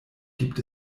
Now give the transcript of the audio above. gibt